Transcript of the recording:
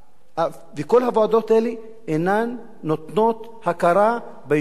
וכל הוועדות האלה אינן נותנות הכרה ליישובים האלה.